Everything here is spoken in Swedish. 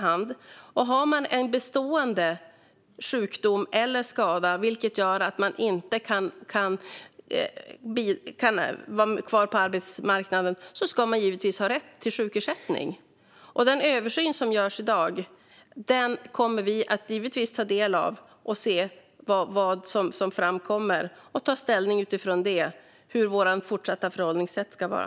Har man en bestående sjukdom eller skada som gör att man inte kan vara kvar på arbetsmarknaden ska man givetvis ha rätt till sjukersättning. Den översyn som görs i dag kommer vi att ta del av för att se vad som framkommer och utifrån det ta ställning till vad vårt fortsatta förhållningssätt ska vara.